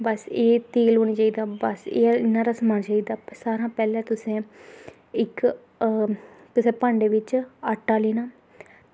ते एह् तेल होना चाहिदा एह् बस इन्ना हारा समान पर सारें कशा पैह्लें तुसें इक्क भांडे बिच्च आटा लैना